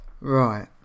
Right